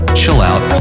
chill-out